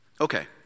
Okay